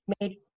made